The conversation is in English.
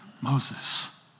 Moses